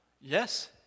Yes